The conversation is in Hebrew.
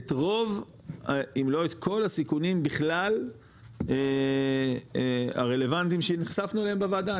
את רוב אם לא את כל הסיכונים בכלל הרלוונטיים שנחשפנו אליהם בוועדה,